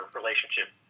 relationship